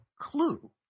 clue